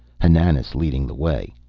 hananas leading the way.